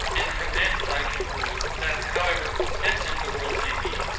and from thence i conclude, that however consistent the world may be,